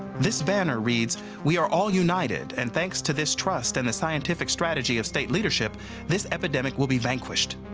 this banner reads we are all united and thanks to this trust and the scientific strategy of state leadership this epidemic will be vanquished.